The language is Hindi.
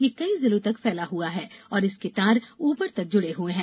यह कई जिलों तक फैला हुआ है और इसके तार ऊपर तक जुड़े हुए हैं